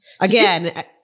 Again